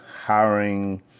hiring